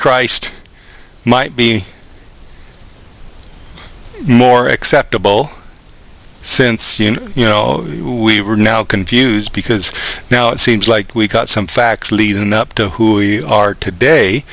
christ might be more acceptable since you know we are now confused because now it seems like we've got some facts leading up to who we are today